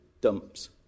dumps